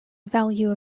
value